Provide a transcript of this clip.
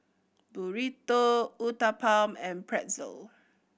Burrito Uthapam and Pretzel